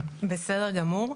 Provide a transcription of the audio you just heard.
בסדר גמור.